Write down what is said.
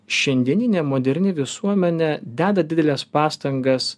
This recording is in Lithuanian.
šiandieninė moderni visuomenė deda dideles pastangas